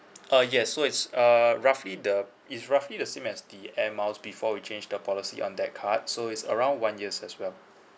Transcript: uh yes so it's err roughly the it's roughly the same as the air miles before we change the policy on that card so it's around one years as well